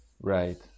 Right